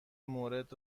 مورد